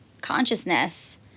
consciousness